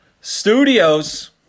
studios